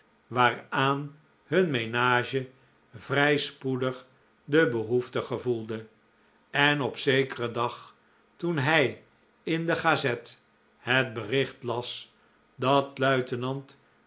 waaraan hun menage vrij spoedig de behoefte gevoelde en op zekeren dag toen hij in de gazette het bericht las dat untenant